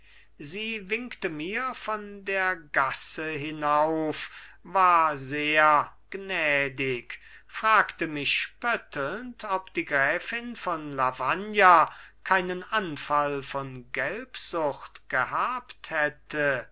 sie winkte mir von der gasse hinauf war sehr gnädig fragte mich spöttelnd ob die gräfin von lavagna keinen anfall von gelbsucht gehabt hätte